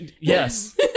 Yes